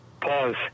pause